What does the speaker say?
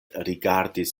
rigardis